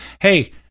Hey